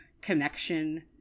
connection